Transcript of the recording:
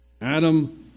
Adam